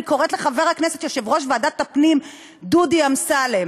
אני קוראת ליושב-ראש ועדת הפנים חבר הכנסת דודי אמסלם: